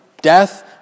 death